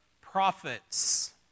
prophets